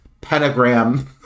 pentagram